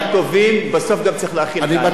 אני בטוח שלא היו לך שום כוונות.